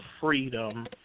freedom